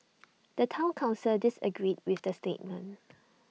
the Town Council disagreed with the statement